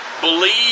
Believe